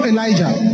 Elijah